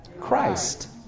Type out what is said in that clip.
Christ